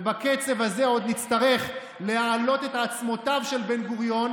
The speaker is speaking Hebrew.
ובקצב הזה עוד נצטרך להעלות את עצמותיו של בן-גוריון